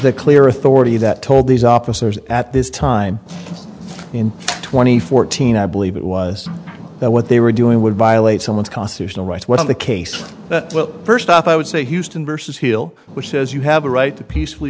the clear authority that told these officers at this time in twenty fourteen i believe it was that what they were doing would violate someone's constitutional rights when the case first off i would say houston vs heel which says you have a right to peacefully